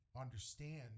understand